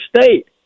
state